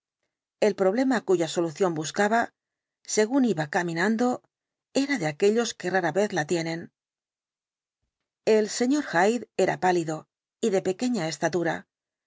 el problema cuya solución buscaba según iba caminando era de aquellos que rara vez la tienen el sr hyde era pálido y de pequeña estatura